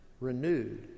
renewed